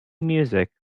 music